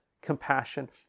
compassion